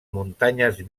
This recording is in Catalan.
muntanyes